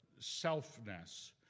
selfness